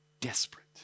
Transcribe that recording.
desperate